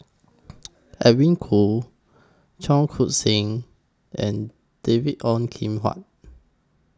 Edwin Koo Cheong Koon Seng and David Ong Kim Huat